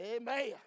Amen